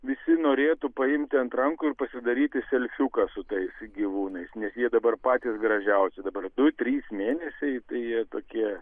visi norėtų paimti ant rankų ir pasidaryti selfiuką su tais gyvūnais nes jie dabar patys gražiausi dabar du trys mėnesiai tai jie tokie